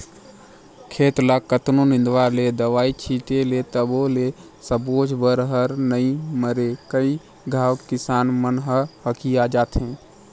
खेत ल कतनों निंदवाय ले, दवई छिटे ले तभो ले सबोच बन हर नइ मरे कई घांव किसान मन ह हकिया जाथे